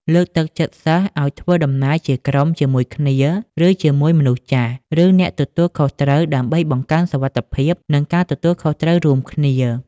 លើកទឹកចិត្តសិស្សឱ្យធ្វើដំណើរជាក្រុមជាមួយគ្នា ឬជាមួយមនុស្សចាស់ ឬអ្នកទទួលខុសត្រូវ ដើម្បីបង្កើនសុវត្ថិភាព និងការទទួលខុសត្រូវរួមគ្នា។